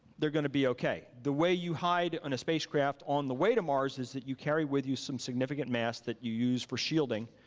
they're gonna be okay. the way you hide on a spacecraft on the way to mars is if you carry with you some significant mass that you use for shielding